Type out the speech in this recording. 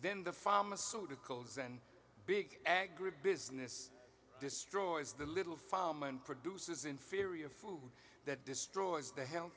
then the pharmaceuticals and big agribusiness destroys the little farm and produces inferior food that destroys the health